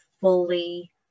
fully